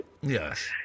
Yes